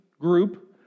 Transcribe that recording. group